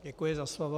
Děkuji za slovo.